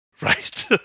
Right